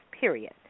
period